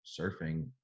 surfing